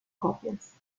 copias